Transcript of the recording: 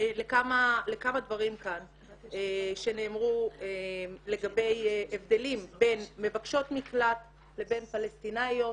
לכמה דברים שנאמרו לגבי הבדלים בין מבקשות מקלט לבין פלשתינאיות